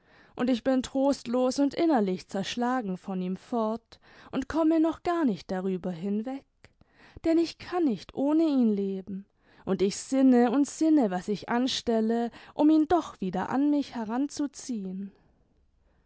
und ich bin trostlos und innerlich zerschlagen von ihm fort und komme noch gar nicht darüber hinweg denn ich kann nicht ohne ihn leben und ich sinne und sinne was ich anstelle um ihn doch wieder an mich heranzuziehen